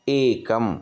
एकम्